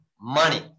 money